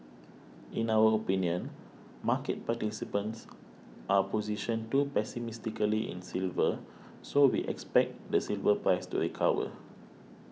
in our opinion market participants are positioned too pessimistically in silver so we expect the silver price to recover